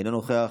אינו נוכח,